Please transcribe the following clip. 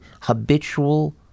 habitual